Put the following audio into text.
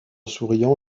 souriant